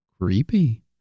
creepy